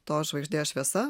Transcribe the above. tos žvaigždės šviesa